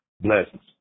Blessings